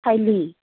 ଖାଇଲି